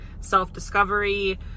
self-discovery